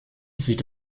sieht